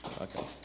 okay